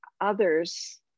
others